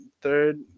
Third